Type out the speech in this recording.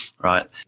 right